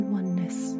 oneness